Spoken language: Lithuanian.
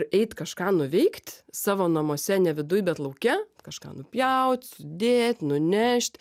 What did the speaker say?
eit kažką nuveikt savo namuose ne viduj bet lauke kažką nupjaut sudėt nunešt